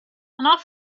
not